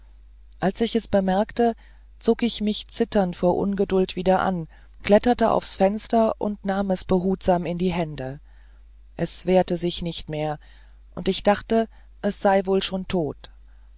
als ich es bemerkte zog ich mich zitternd vor ungeduld wieder an kletterte aufs fenster und nahm es behutsam in die hände es wehrte sich nicht mehr und ich dachte es sei wohl schon tot